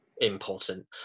important